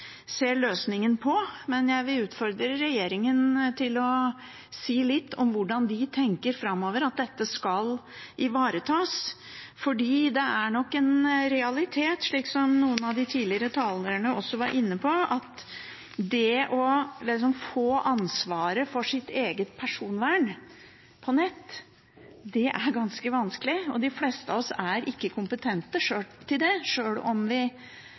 ser løsningen på. Jeg vil utfordre regjeringen til å si litt om hvordan de tenker at dette skal ivaretas framover, for det er nok en realitet, slik noen av de tidligere talerne også var inne på, at det å få ansvaret for sitt eget personvern på nett er ganske vanskelig. De fleste av oss er ikke kompetente til det, sjøl om vi